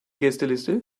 gästeliste